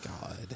God